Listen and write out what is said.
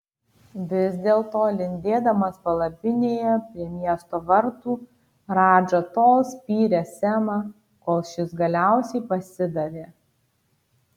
vis dėlto lindėdamas palapinėje prie miesto vartų radža tol spyrė semą kol šis galiausiai pasidavė